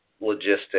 logistics